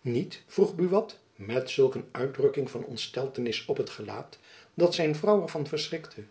niet vroeg buat met zulk een uitdrukking van ontsteltenis op het gelaat dat zijn vrouw er van verschrikte